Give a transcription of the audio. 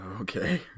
Okay